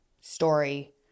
story